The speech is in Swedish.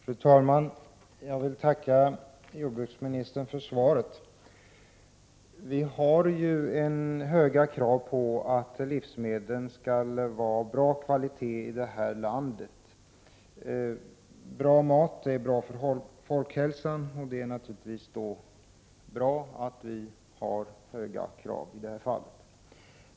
Fru talman! Jag vill tacka jordbruksministern för svaret. Vi har höga krav på att livsmedlen skall vara av god kvalitet här i landet. Bra mat är bra för folkhälsan. Det är naturligtvis bra att vi har höga krav i detta fall.